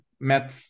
Met